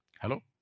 Hello